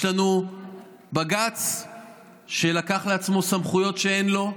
יש לנו בג"ץ שלקח לעצמו סמכויות שאין לו,